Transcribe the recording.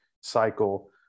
cycle